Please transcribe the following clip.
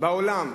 בעולם,